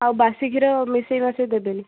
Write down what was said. ଆଉ ବାସି କ୍ଷୀର ମିଶାଇ ମାଶେଇ ଦେବେନି